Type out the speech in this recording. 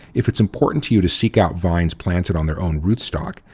if it's important to you to seek out vines planted on their own root stock,